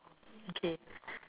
okay